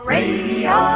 Radio